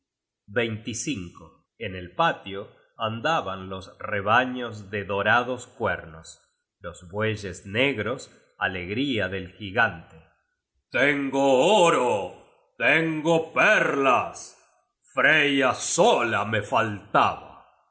at en el patio andaban los rebaños de dorados cuernos los bueyes negros alegría del gigante tengo oro tengo perlas freya sola me faltaba